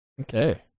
okay